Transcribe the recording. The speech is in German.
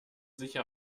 sicher